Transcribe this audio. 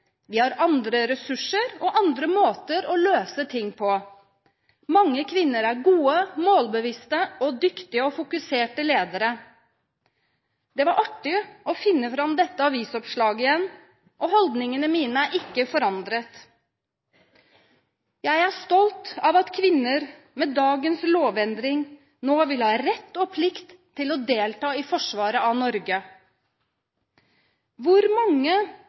Vi har andre ressurser og andre måter å løse ting på. Mange kvinner er gode, målbevisste og dyktige og fokuserte ledere. Det var artig å finne fram dette avisoppslaget igjen – og holdningene mine er ikke forandret. Jeg er stolt av at kvinner med dagens lovendring nå vil ha rett og plikt til å delta i forsvaret av Norge. Hvor mange